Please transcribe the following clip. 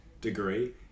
degree